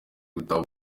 gutaha